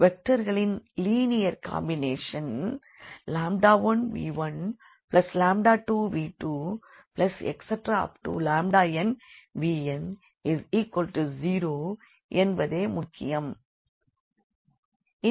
வெக்டர்களின் linear combination l1v12v2nvn0என்பதே முக்கியமானது